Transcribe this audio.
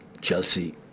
Chelsea